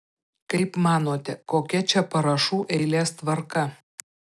kaip manote kokia čia parašų eilės tvarka